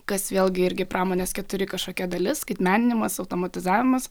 kas vėlgi irgi pramonės keturi kažkokia dalis skaitmeninimas automatizavimas